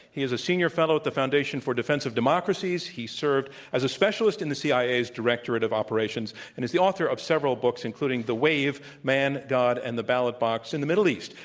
he is a senior fellow at the foundation for defense of democracies. he served as a specialist in the cia's directorate of operations and is the author of several books, including the wave man, god, and the ballot box in the middle east.